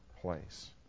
place